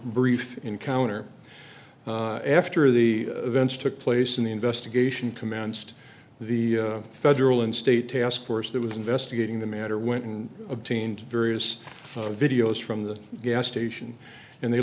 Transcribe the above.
brief encounter after the events took place in the investigation commands to the federal and state task force that was investigating the matter went and obtained various videos from the gas station and they